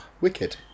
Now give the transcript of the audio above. Wicked